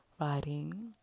writing